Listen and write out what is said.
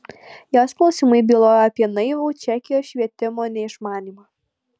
jos klausimai bylojo apie naivų čekijos švietimo neišmanymą